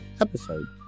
episode